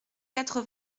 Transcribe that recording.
quatre